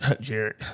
Jared